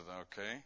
okay